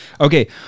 Okay